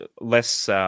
less